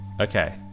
Okay